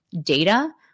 data